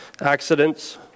accidents